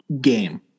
game